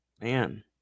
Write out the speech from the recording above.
man